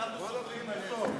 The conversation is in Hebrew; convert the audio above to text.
אנחנו סופרים בלב.